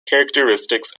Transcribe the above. characteristics